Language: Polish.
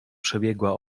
przebiegła